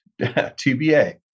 TBA